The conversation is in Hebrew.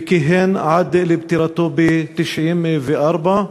וכיהן עד לפטירתו ב-1994.